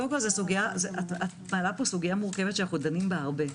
את מעלה פה סוגיה מוכרת שאנו דנים בה הרבה,